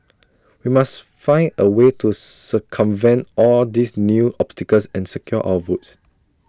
we must find A way to circumvent all these new obstacles and secure our votes